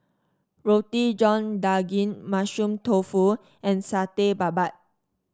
Roti John Daging Mushroom Tofu and Satay Babat